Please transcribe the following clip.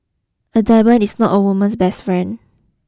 a diamond is not a woman's best friend